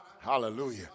Hallelujah